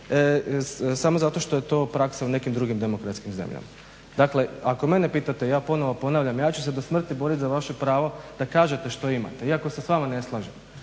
samo zato što je to praksa u nekim drugim demokratskim zemljama. Dakle ako mene pitate, ja ponovo ponavljam, ja ću se do smrti boriti za vaše pravo da kažete što imate iako se s vama ne slažem.